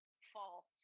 fall